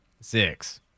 Six